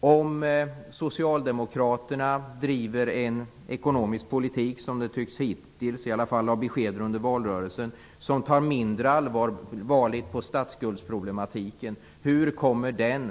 Det tycks att döma av beskeden under valrörelsen som om socialdemokraterna skall driva en ekonomisk politik som tar mindre allvarligt på statsskuldsproblematiken. Hur kommer den